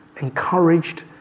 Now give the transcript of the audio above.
encouraged